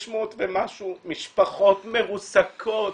600 ומשהו משפחות מרוסקות.